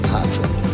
Patrick